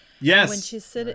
Yes